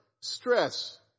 stress